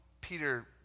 Peter